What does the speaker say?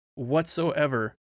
whatsoever